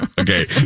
Okay